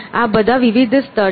આ બધા વિવિધ સ્તર છે